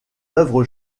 œuvre